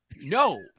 No